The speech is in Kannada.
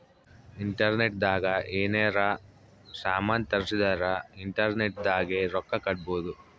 ಇಂಟರ್ನೆಟ್ ದಾಗ ಯೆನಾರ ಸಾಮನ್ ತರ್ಸಿದರ ಇಂಟರ್ನೆಟ್ ದಾಗೆ ರೊಕ್ಕ ಕಟ್ಬೋದು